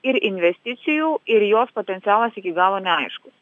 ir investicijų ir jos potencialas iki galo neaiškus